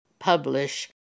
publish